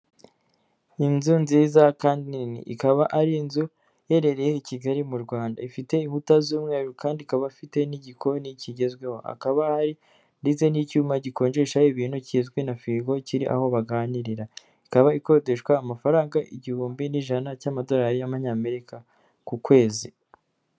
Inzu nziza kandi nini, ikaba ari inzu iherereye i Kigali mu Rwanda, ifite inkuta z'umweru kandi ikaba ifite n'igikoni kigezweho, hakaba hari ndetse n'icyuma gikonjesha ibintu kizwi na firigo kiri aho baganirira, ikaba ikodeshwa amafaranga igihumbi n'ijana cy'amadolarari y'amanyamerika ku kwezi.